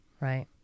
right